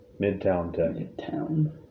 Midtown